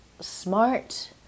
smart